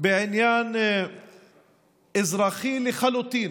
בעניין אזרחי לחלוטין,